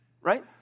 right